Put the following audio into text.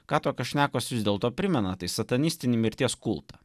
kad tokios šnekos vis dėlto primena tai satanistinį mirties kultą